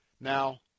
Now